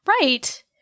Right